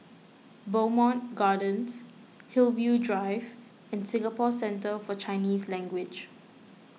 Bowmont Gardens Hillview Drive and Singapore Centre for Chinese Language